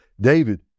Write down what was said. David